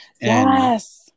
Yes